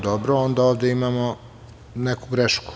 Dobro, onda ovde imamo neku grešku.